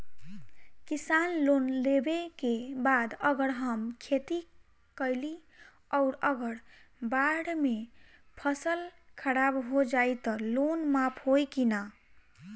किसान लोन लेबे के बाद अगर हम खेती कैलि अउर अगर बाढ़ मे फसल खराब हो जाई त लोन माफ होई कि न?